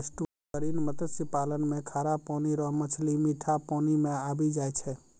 estuarine मत्स्य पालन मे खारा पानी रो मछली मीठा पानी मे आबी जाय छै